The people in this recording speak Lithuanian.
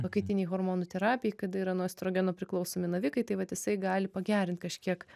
pakaitinei hormonų terapijai kada yra nuo estrogenų priklausomi navikai tai vat jisai gali pagerint kažkiek